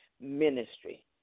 ministry